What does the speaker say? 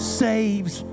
saves